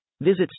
Visit